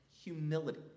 humility